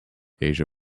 asia